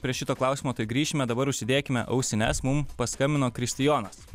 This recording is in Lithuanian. prie šito klausimo grįšime dabar užsidėkime ausines mum paskambino kristijonas